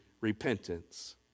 repentance